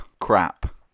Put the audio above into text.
Crap